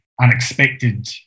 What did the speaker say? unexpected